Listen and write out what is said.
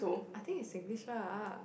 I think is Singlish lah ah